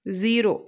zero